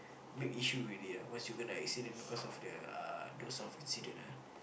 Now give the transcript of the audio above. big issue already lah once you kena accident because of the uh doze off incident ah